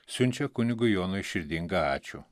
siunčia kunigui jonui širdingą ačiū